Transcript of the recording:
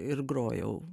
ir grojau